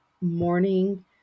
morning